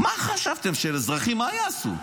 מה חשבתם, שהאזרחים, מה יעשו?